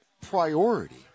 priority